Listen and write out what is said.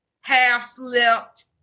half-slept